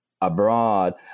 abroad